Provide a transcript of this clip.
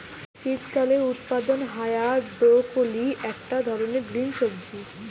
শীতকালে উৎপাদন হায়া ব্রকোলি একটা ধরণের গ্রিন সবজি